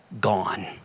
gone